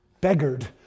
beggared